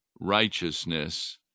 righteousness